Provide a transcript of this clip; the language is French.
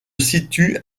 situe